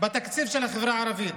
בתקציב של החברה הערבית?